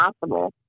possible